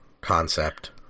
concept